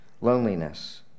loneliness